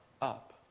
up